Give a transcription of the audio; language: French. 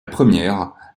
première